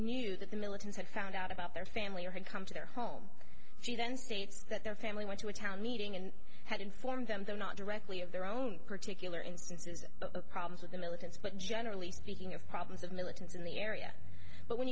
that the militants had found out about their family or had come to their home she then states that their family went to a town meeting and had informed them there not directly of their own particular instances of problems with the militants but generally speaking of problems of militants in the area but when